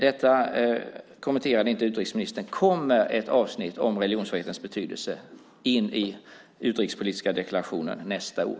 Detta kommenterade inte utrikesministern. Kommer ett avsnitt om religionsfrihetens betydelse in i den utrikespolitiska deklarationen nästa år?